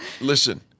listen